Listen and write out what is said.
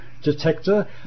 Detector